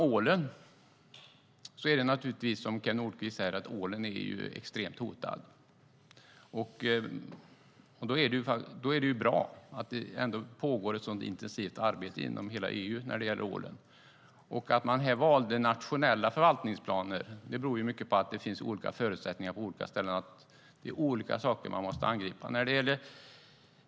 Ålen är, som Kew Nordqvist sade, extremt hotad. Det är bra att det pågår ett så intensivt arbete inom hela EU när det gäller ålen. Att man här valde nationella förvaltningsplaner beror på att det finns olika förutsättningar på olika ställen. Det är olika saker som måste angripas.